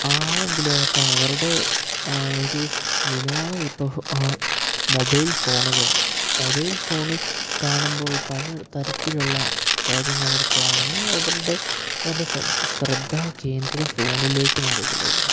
ആരെങ്കിലും ആവട്ടെ അവരുടെ ഒരു വിനോദം ഇപ്പോൾ മൊബൈൽ ഫോണുകളാണ് മൊബൈൽ ഫോണിൽ കാണുമ്പോൾ പല തരത്തിലുള്ള കാര്യങ്ങൾ അവർ കാണുന്നു അവരുടെ അവരുടെ ശ്രദ്ധാകേന്ദ്രം ഫോണിലേക്ക് മാറിയിരിക്കുന്നു